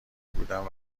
بودم